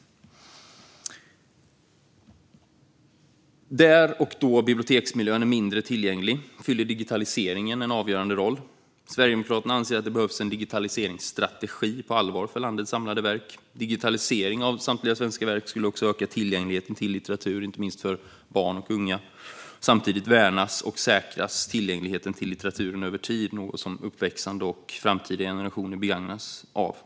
Där och då biblioteksmiljön är mindre tillgänglig fyller digitaliseringen en avgörande roll. Sverigedemokraterna anser att det behövs en digitaliseringsstrategi på allvar för landets samlade verk. Digitalisering av samtliga svenska verk skulle öka tillgängligheten till litteratur, inte minst för barn och unga. Samtidigt värnas och säkras tillgängligheten till litteraturen över tid, något som skulle gagna nu uppväxande och framtida generationer.